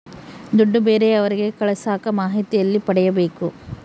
ದುಡ್ಡು ಬೇರೆಯವರಿಗೆ ಕಳಸಾಕ ಮಾಹಿತಿ ಎಲ್ಲಿ ಪಡೆಯಬೇಕು?